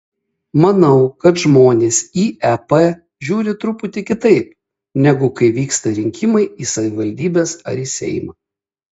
manau kad žmonės į ep žiūri truputį kitaip negu kai vyksta rinkimai į savivaldybes arba į seimą